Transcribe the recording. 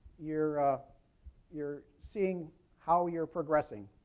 you're ah you're seeing how you're progressing.